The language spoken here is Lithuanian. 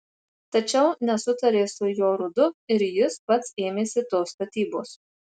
tačiau nesutarė su jorudu ir jis pats ėmėsi tos statybos